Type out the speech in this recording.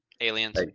Aliens